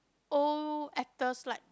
old actors like